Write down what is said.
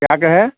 क्या कहे